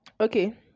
okay